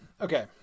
okay